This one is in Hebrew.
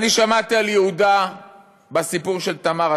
אני שמעתי על יהודה בסיפור של תמר,